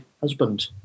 husband